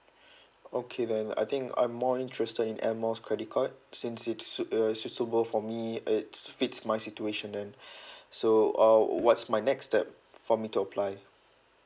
okay then I think I'm more interested in air miles credit card since it suit uh suitable for me it fits my situation then so uh what's my next step for me to apply